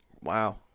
Wow